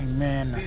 Amen